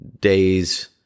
days